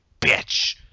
bitch